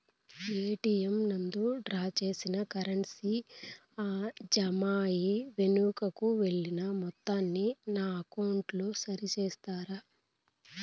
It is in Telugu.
ఎ.టి.ఎం నందు డ్రా చేసిన కరెన్సీ జామ అయి వెనుకకు వెళ్లిన మొత్తాన్ని నా అకౌంట్ లో సరి చేస్తారా?